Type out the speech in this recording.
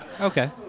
Okay